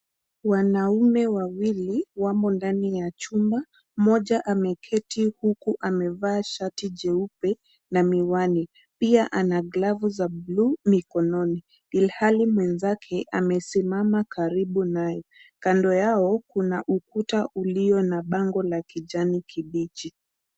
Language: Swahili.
Wanaume wawili wamo ndani ya chumba. Mmoja ameketi huku amevaa shati jeupe na miwani. Pia ana glavu za blue mikononi ilhali mwenzake amesimama karibu naye. Kando yao kuna ukuta ulio na bango la kijani kibichi.